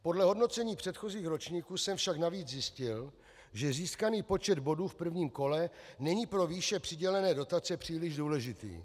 Podle hodnocení předchozích ročníků jsem však navíc zjistil, že získaný počet bodů v prvním kole není pro výše přidělené dotace příliš důležitý.